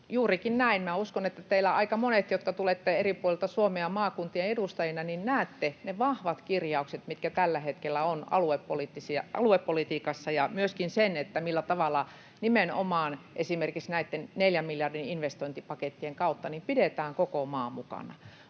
Juurikin näin, minä uskon, että aika monet teistä, jotka tulette eri puolilta Suomea maakuntien edustajina, näkevät ne vahvat kirjaukset, mitkä tällä hetkellä ovat aluepolitiikassa, ja myöskin sen, millä tavalla nimenomaan esimerkiksi näitten neljän miljardin investointipakettien kautta pidetään koko maa mukana.